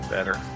Better